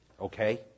Okay